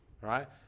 right